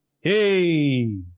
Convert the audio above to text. Hey